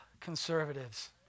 conservatives